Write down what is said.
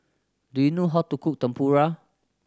do you know how to cook Tempura